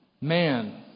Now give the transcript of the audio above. man